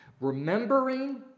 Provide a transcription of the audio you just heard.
remembering